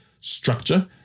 structure